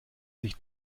sich